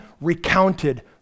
recounted